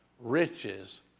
riches